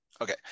Okay